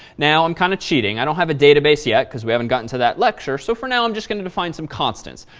now, i'm kind of cheating. i don't have a database yet because we haven't gone into that lecture. so for now, i'm just going to define some constants.